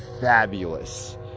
fabulous